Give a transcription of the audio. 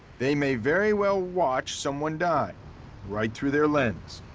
they may very well watch someone die right through their lens.